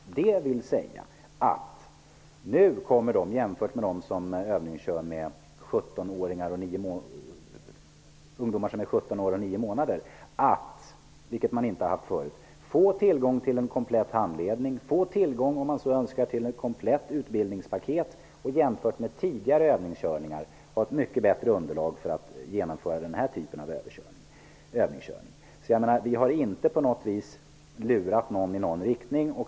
Nu kommer alltså de som är med vid övningskörning, jämfört med hur det är för dem som övningskör med ungdomar som är 17 år och 9 månader gamla, att -- vilket man inte tidigare haft möjlighet till -- få tillgång till komplett handledning och, om så önskas, till ett komplett utbildningspaket. Jämfört med tidigare övningskörning får man ett mycket bättre underlag för genomförandet av den här typen av övningskörning. Vi har inte på något vis lurat någon i någon riktning.